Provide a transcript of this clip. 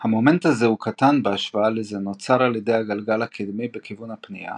המומנט הזה הוא קטן בהשוואה לזה נוצר על ידי הגלגל הקדמי בכיוון הפניה,